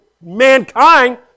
mankind